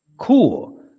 Cool